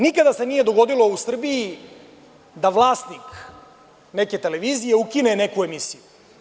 Nikada se nije dogodilo u Srbiji da vlasnik neke televizije ukine neku emisiju.